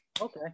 Okay